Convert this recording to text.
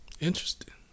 Interesting